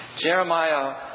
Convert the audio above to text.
Jeremiah